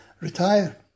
retire